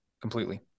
completely